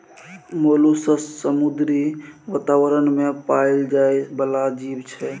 molluscs समुद्री बातावरण मे पाएल जाइ बला जीब छै